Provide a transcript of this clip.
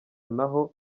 naho